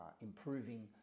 improving